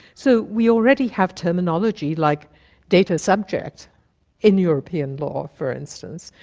so we already have terminology like data subject in european law, for instance,